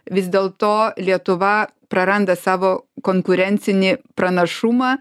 vis dėlto lietuva praranda savo konkurencinį pranašumą